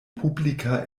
publika